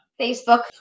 Facebook